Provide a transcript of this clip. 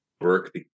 work